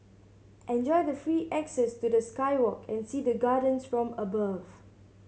enjoy the free access to the sky walk and see the gardens from above